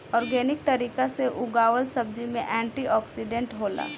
organic तरीका से उगावल सब्जी में एंटी ओक्सिडेंट होला